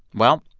well,